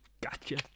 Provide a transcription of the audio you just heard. gotcha